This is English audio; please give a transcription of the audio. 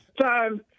time